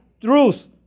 truth